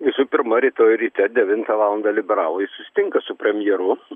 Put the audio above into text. visų pirma rytoj ryte devintą valandą liberalai susitinka su premjeru